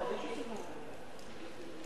אתה יכול להחליף,